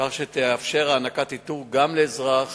כך שתתאפשר הענקת עיטור גם לאזרח